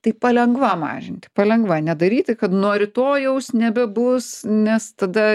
tai palengva mažint palengva nedaryti kad nuo rytojaus nebebus nes tada